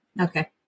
Okay